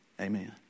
Amen